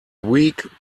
weak